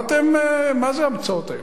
מה ההמצאות האלה?